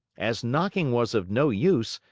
as knocking was of no use,